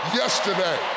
yesterday